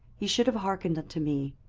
ye should have hearkened unto me,